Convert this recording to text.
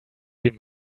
been